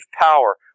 power